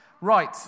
Right